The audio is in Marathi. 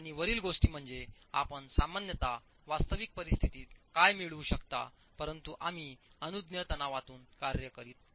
आणि वरील गोष्टी म्हणजे आपण सामान्यत वास्तविक परिस्थितीत काय मिळवू शकता परंतु आम्ही अनुज्ञेय तणावातून कार्य करीत आहोत